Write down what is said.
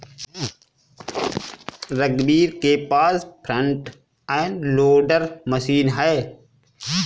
रघुवीर के पास फ्रंट एंड लोडर मशीन है